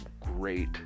great